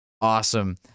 Awesome